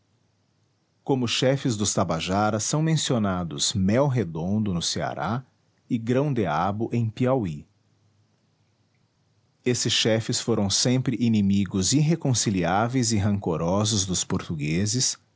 como chefes dos tabajaras são mencionados mel redondo no ceará e grão deabo em piauí esses chefes foram sempre inimigos irreconciliáveis e rancorosos dos portugueses